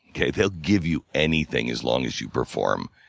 kind of they'll give you anything as long as you perform.